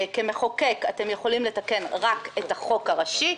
כמחוקק אתם יכולים לתקן רק את החוק הראשי.